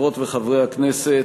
חברות וחברי הכנסת,